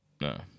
No